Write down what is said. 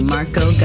Marco